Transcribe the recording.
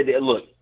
look